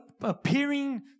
appearing